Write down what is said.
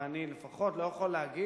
ואני לפחות לא יכול להגיד,